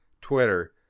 Twitter